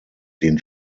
den